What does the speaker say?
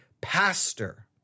pastor